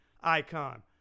icon